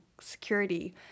security